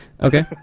Okay